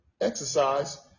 exercise